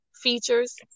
features